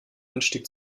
anstieg